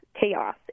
chaos